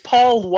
Paul